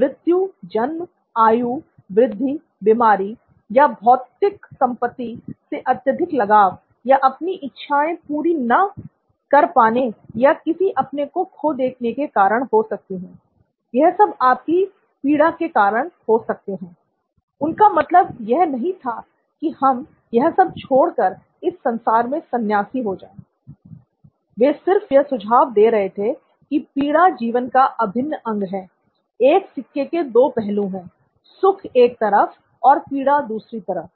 मृत्यु जन्म आयु वृद्धि बिमारी या भौतिक संपत्ति से अत्यधिक लगाव या अपनी इच्छाएं पूरी न कर पाने या किसी अपने को खो देने के कारण हो सकती है l यह सब आपकी पीड़ा के कारण हो सकते हैंl उनका मतलब यह नहीं था कि हम यह सब छोड़कर इस संसार मे सन्यासी हो जाएँ l वे सिर्फ यह सुझाव दे रहे थे कि पीड़ा जीवन का अभिन्न अंग है एक सिक्के के दो पहलू हैं सुख एक तरफ और पीड़ा दूसरी तरफ